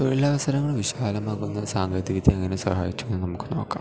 തൊഴിലവസരങ്ങൾ വിശാലമാകുന്ന സാങ്കേതിക വിദ്യ എങ്ങനെ സഹായിച്ചു എന്നു നമുക്ക് നോക്കാം